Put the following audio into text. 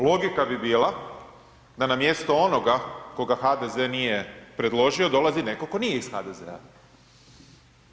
Logika bi bila da na mjesto onoga koga HDZ nije predložio dolazi netko tko nije iz HDZ-a.